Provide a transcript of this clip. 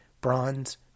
bronze